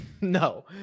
No